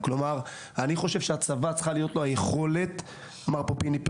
אני חושב שלצבא צריכה להיות היכולת אמר פיני,